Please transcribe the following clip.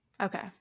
Okay